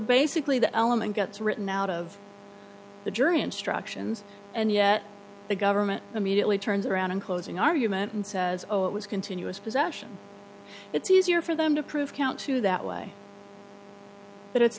basically the element gets written out of the jury instructions and yet the government immediately turns around in closing argument and says oh it was continuous possession it's easier for them to prove count two that way but it's